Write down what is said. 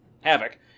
Havoc